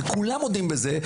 וכולם מודים בזה.